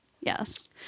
yes